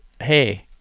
hey